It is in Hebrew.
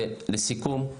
לסיכום,